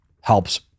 helps